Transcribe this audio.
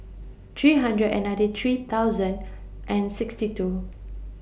three hundred and ninety three thousand and sixty two